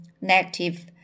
negative